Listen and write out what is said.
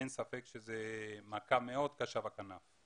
אין ספק שזו מכה מאוד קשה בכנף.